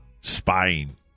spying